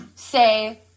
say